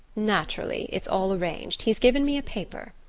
naturally. it's all arranged. he's given me a paper.